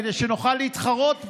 כדי שנוכל להתחרות בו.